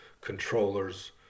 controllers